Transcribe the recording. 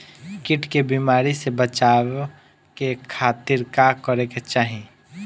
कीट के बीमारी से बचाव के खातिर का करे के चाही?